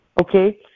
Okay